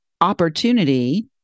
opportunity